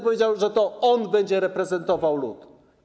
Powiedział wtedy, że to on będzie reprezentował lud.